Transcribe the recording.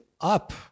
up